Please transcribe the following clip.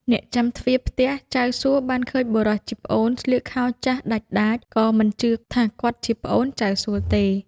អ្នកចាំទ្វារផ្ទះចៅសួបានឃើញបុរសជាប្អូនស្លៀកខោចាស់ដាច់ដាច ក៏មិនជឿថាគាត់ជាប្អូនចៅសួទេ។